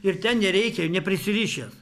ir ten nereikia neprisirišęs